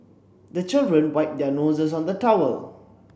the children wipe their noses on the towel